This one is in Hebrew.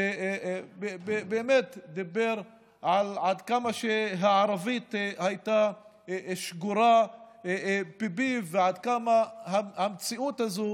שבאמת אמר כמה הערבית הייתה שגורה בפיו ועד כמה המציאות הזאת